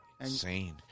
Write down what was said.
Insane